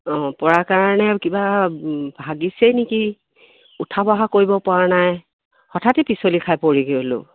অঁ পৰা কাৰণে কিবা ভাগিছেই নেকি উঠা বহা কৰিব পৰা নাই হঠাতে পিচলি খাই পৰি গ'লোঁ